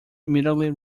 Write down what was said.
immediately